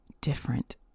different